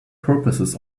purposes